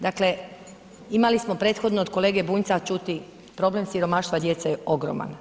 Dakle imali smo prethodno od kolege Bunjca čuti problem siromaštva djece je ogroman.